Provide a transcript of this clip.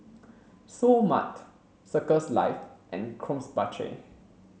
Seoul Mart Circles Life and Krombacher